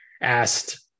asked